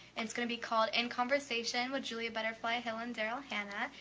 it's going to be called in conversation with julia butterfly-hill and darryl hannah.